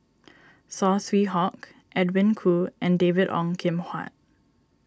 Saw Swee Hock Edwin Koo and David Ong Kim Huat